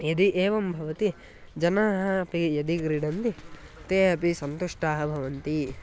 यदि एवं भवति जनाः अपि यदि क्रीडन्ति ते अपि सन्तुष्टाः भवन्ति